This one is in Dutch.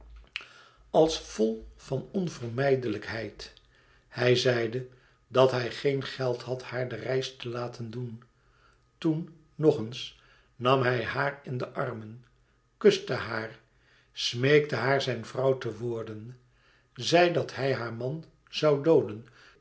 als vol van de onvermijdelijkheid hij zeide dat hij geen geld had haar de reis te laten doen toen nog eens nam hij haar in de armen kuste haar smeekte haar zijn vrouw te worden zei dat hij haar man zoû dooden